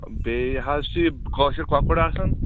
بیٚیہِ حظ چھُ یہِ کٲشِر کۄکُر آسان